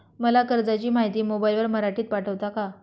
मला कर्जाची माहिती मोबाईलवर मराठीत पाठवता का?